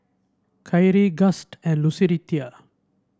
Khiry Gust and Lucretia